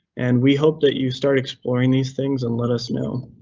and we hope that you start exploring these things and let us know.